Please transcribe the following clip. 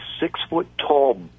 six-foot-tall